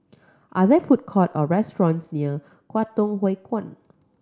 are there food court or restaurants near Kwangtung Hui Kuan